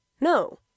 No